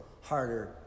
harder